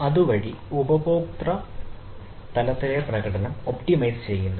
അതുവഴി ഉപഭോക്തൃ തലത്തിലെ പ്രകടനം ഒപ്റ്റിമൈസ് ചെയ്യുന്നു